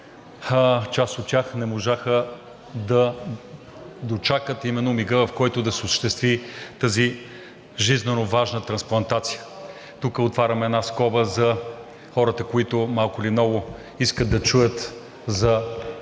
Част от тях не можаха да дочакат именно мига, в който да се осъществи тази жизненоважна трансплантация. Тук отварям една скоба за хората, които малко или много искат да чуят за